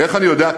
איך אני יודע?